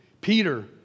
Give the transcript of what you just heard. Peter